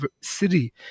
City